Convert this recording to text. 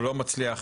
לא מצליח,